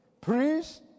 Priests